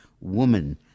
woman